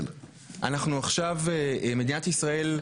עכשיו מדינת ישראל,